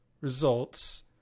results